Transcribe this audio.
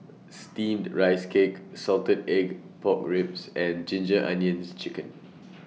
Steamed Rice Cake Salted Egg Pork Ribs and Ginger Onions Chicken